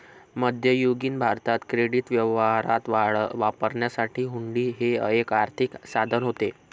मध्ययुगीन भारतात क्रेडिट व्यवहारात वापरण्यासाठी हुंडी हे एक आर्थिक साधन होते